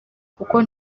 kuko